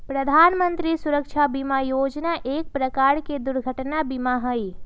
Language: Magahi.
प्रधान मंत्री सुरक्षा बीमा योजना एक प्रकार के दुर्घटना बीमा हई